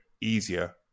easier